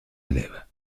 élève